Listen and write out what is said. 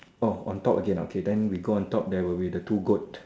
oh on top again ah okay then we go on top there will be the two goat